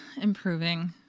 Improving